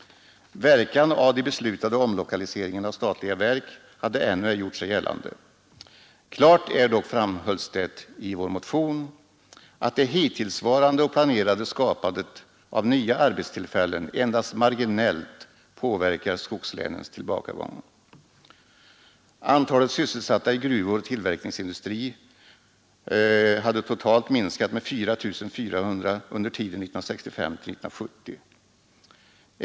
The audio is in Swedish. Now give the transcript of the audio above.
Verkan av de beslutade omlokaliseringarna av statliga verk hade ännu ej gjort sig gällande. Klart är dock, framhölls det i vår motion, att det hittillsvarande och planerade skapandet av nya arbetstillfällen endast marginellt påverkat skogslänens tillbakagång. Antalet sysselsatta i gruvor och tillverkningsindustri hade totalt minskat med 4 400 under tiden 1965—1970.